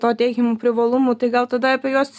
to teikiamų privalumų tai gal tada apie juos